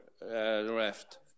left